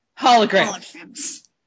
Holograms